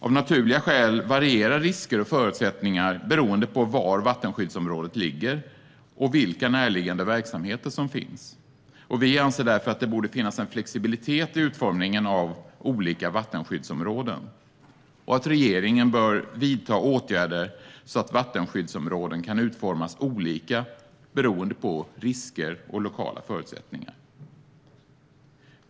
Av naturliga skäl varierar risker och förutsättningar beroende på var vattenskyddsområdet ligger och vilka närliggande verksamheter som finns. Vi anser därför att det borde finnas en flexibilitet i utformningen av olika vattenskyddsområden. Regeringen bör vidta åtgärder så att vattenskyddsområden kan utformas olika beroende på risker och lokala förutsättningar.